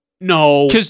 No